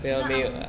!hannor! ang~